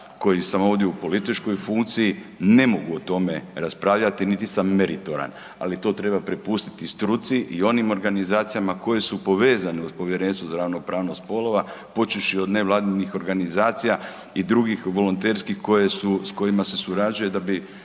koji sam ovdje u političkoj funkciji ne mogu o tome raspravljati, niti sam meritoran, ali to treba prepustiti struci i onim organizacijama koje su povezane uz povjerenstvo za ravnopravnost spolova počevši od nevladinih organizacija i drugih volonterskih koje su, s kojima se surađuje da bi